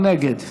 מי נגד?